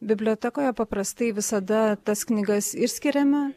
bibliotekoje paprastai visada tas knygas išskiriame